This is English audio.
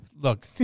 Look